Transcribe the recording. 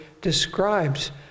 describes